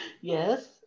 Yes